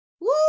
Woo